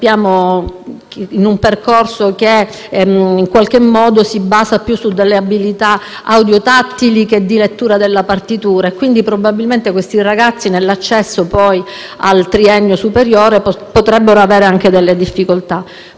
proprie, un percorso che si basa più su abilità audio-tattili che di lettura della partitura. Quindi probabilmente questi ragazzi, nell'accesso al triennio superiore, potrebbero avere anche delle difficoltà.